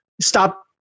stop